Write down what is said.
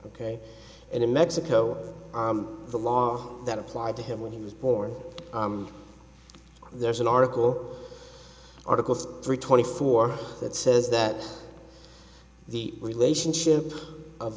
ok and in mexico the law that applied to him when he was born there's an article articles three twenty four that says that the relationship of